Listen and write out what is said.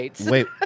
Wait